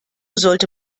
sollte